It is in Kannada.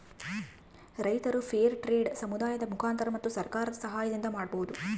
ರೈತರು ಫೇರ್ ಟ್ರೆಡ್ ಸಮುದಾಯದ ಮುಖಾಂತರ ಮತ್ತು ಸರ್ಕಾರದ ಸಾಹಯದಿಂದ ಮಾಡ್ಬೋದು